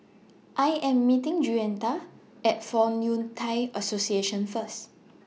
I Am meeting Juanita At Fong Yun Thai Association First